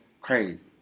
crazy